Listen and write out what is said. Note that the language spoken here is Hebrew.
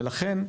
ולכן,